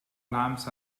lamps